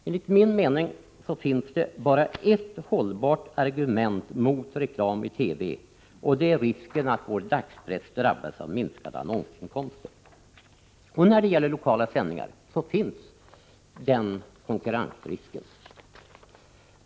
Enligt min mening finns det bara ett hållbart argument mot reklam-TV, och det är risken av att vår dagspress drabbas av minskade annonsinkomster. När det gäller lokala sändningar, finns den konkurrensrisken.